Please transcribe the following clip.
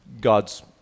God's